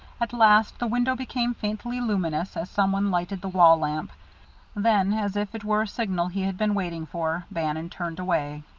at last the window became faintly luminous, as some one lighted the wall lamp then, as if it were a signal he had been waiting for, bannon turned away.